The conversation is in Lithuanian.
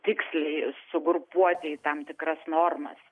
tiksliai sugrupuoti į tam tikras normas